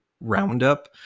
roundup